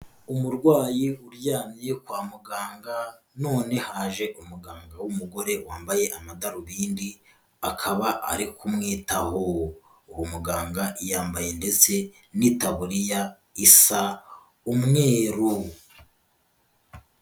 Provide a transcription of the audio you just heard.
Umurwayi uryamye kwa muganga, none haje umuganga w'umugore wambaye amadarubindi, akaba ari kumwitaho. Uwo muganga yambaye ndetse n'itaburiya isa umweru.